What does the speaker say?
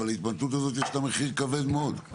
אבל ההתמתנות הזו יש לה מחיר כבד מאוד.